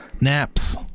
Naps